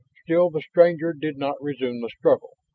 still the stranger did not resume the struggle.